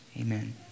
Amen